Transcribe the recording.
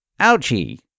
Ouchie